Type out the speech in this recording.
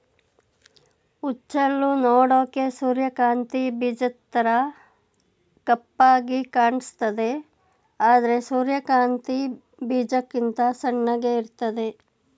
ಹುಚ್ಚೆಳ್ಳು ನೋಡೋಕೆ ಸೂರ್ಯಕಾಂತಿ ಬೀಜದ್ತರ ಕಪ್ಪಾಗಿ ಕಾಣಿಸ್ತದೆ ಆದ್ರೆ ಸೂರ್ಯಕಾಂತಿ ಬೀಜಕ್ಕಿಂತ ಸಣ್ಣಗೆ ಇರ್ತದೆ